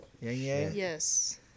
Yes